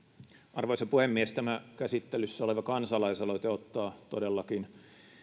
arvoisa puhemies todellakin tämä käsittelyssä oleva kansalaisaloite ottaa